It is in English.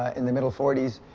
ah in the middle forty s.